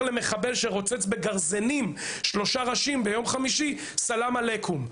למחבל שרוצץ בגרזן שלושה ראשים ביום חמישי סלאם עליכם.